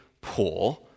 poor